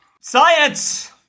science